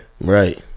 Right